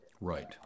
Right